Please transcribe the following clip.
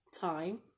time